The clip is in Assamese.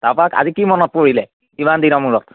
তাপা আজি কি মনত পৰিলে ইমান দিনৰ মূৰত